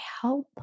help